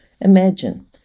Imagine